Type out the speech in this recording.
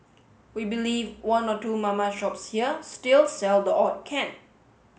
we believe one or two mama shops here still sell the odd can